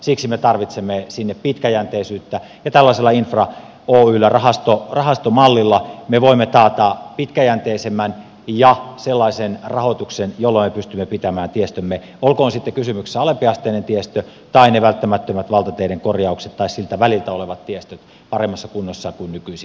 siksi me tarvitsemme sinne pitkäjänteisyyttä ja tällaisella infra oyllä rahastomallilla me voimme taata pitkäjänteisemmän ja sellaisen rahoituksen jolla me pystymme pitämään tiestömme olkoon sitten kysymyksessä alempiasteinen tiestö tai ne välttämättömät valtateiden korjaukset tai siltä väliltä olevat tiestöt paremmassa kunnossa kuin nykyisin